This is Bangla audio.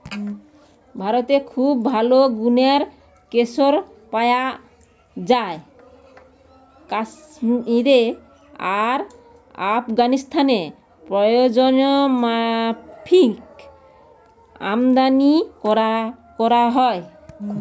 ভারতে খুব ভালো গুনের কেশর পায়া যায় কাশ্মীরে আর আফগানিস্তানে প্রয়োজনমাফিক আমদানী কোরা হয়